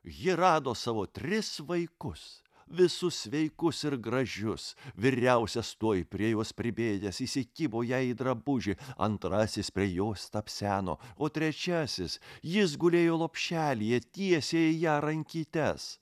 ji rado savo tris vaikus visus sveikus ir gražius vyriausias tuoj prie jos pribėgęs įsikibo jai į drabužį antrasis prie jos tapseno o trečiasis jis gulėjo lopšelyje tiesė į ją rankytes